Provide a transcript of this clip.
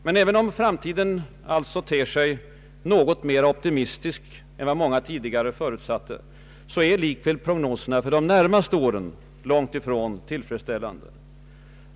Men även om framtiden alltså ter sig något ljusare än vad många tidigare förutsatte, är likväl prognoserna för de närmaste åren långt ifrån tillfredsställande.